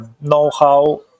know-how